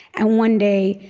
and one day,